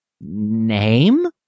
Name